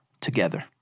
together